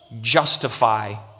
justify